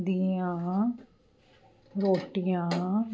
ਦੀਆਂ ਰੋਟੀਆਂ